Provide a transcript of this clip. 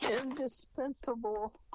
indispensable